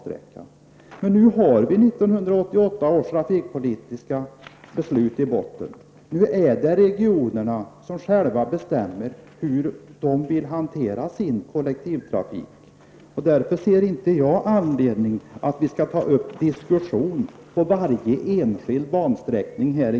Vi har nu 1988 års trafikpolitiska beslut som utgångspunkt, och det är nu regionerna själva som bestämmer hur de vill hantera sin kollektivtrafik. Jag ser därför inte någon anledning för oss att ta upp en diskussion här i kammaren om varje enskild bansträckning.